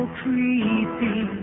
creepy